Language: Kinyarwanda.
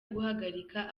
guhagarika